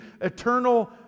eternal